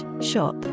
shop